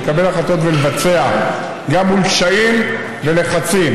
לקבל החלטות ולבצע גם מול קשיים ולחצים.